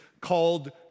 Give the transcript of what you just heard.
called